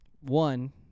One